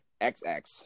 xx